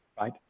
right